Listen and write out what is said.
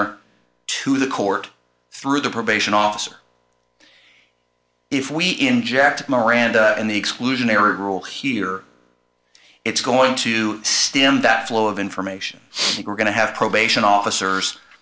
or to the court through the probation officer if we inject miranda and the exclusionary rule here it's going to stem that flow of information we're going to have probation officers